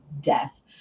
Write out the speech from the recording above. death